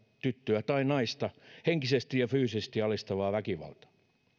tyttöä tai naista henkisesti ja fyysisesti alistavaa väkivaltaa